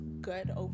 good